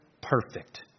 Perfect